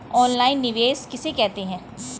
Online निवेश किसे कहते हैं?